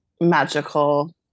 magical